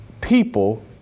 people